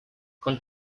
con